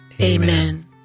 Amen